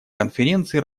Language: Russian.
конференции